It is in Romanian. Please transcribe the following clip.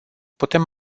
putem